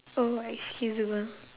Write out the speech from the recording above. oh excusable